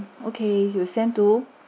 okay would you send to